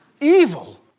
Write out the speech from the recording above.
evil